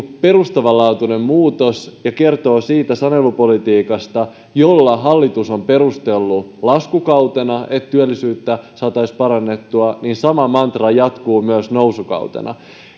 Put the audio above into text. perustavanlaatuinen muutos ja kertoo siitä sanelupolitiikasta jolla hallitus on perustellut laskukautena että työllisyyttä saataisiin parannettua ja sama mantra jatkuu myös nousukautena